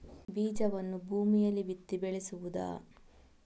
ಬೀಜವನ್ನು ಭೂಮಿಯಲ್ಲಿ ಬಿತ್ತಿ ಬೆಳೆಸುವುದಾ?